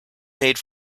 made